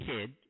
kid